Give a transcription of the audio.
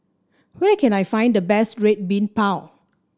where can I find the best Red Bean Bao